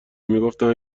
میگفتند